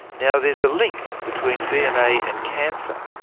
now there's a link between dna and cancer.